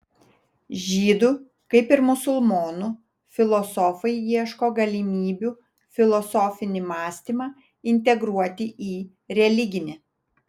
žydų kaip ir musulmonų filosofai ieško galimybių filosofinį mąstymą integruoti į religinį